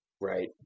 right